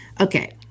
Okay